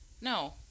No